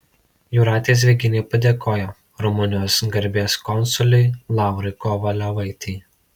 jūratė zvėgienė padėkojo rumunijos garbės konsulei laurai kovaliovaitei